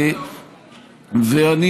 מה התוצאות?